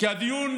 הדיון